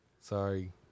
sorry